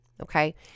Okay